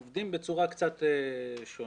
הם עובדים בצורה קצת שונה.